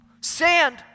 sand